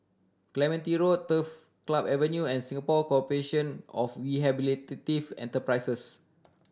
Clementi Road Turf Club Avenue and Singapore Corporation of Rehabilitative Enterprises